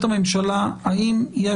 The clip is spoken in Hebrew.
הממשלה האם,